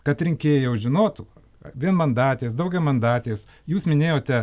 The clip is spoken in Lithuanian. kad rinkėjai jau žinotų vienmandatės daugiamandatės jūs minėjote